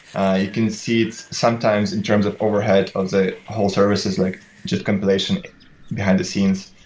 ah you can see it sometimes in terms of overhead of the whole services, like just compilation behind the scenes.